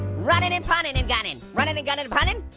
running and punning and gunning, running and gunning and punning?